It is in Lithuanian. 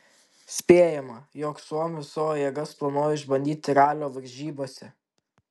spėjama jog suomis savo jėgas planuoja išbandyti ralio varžybose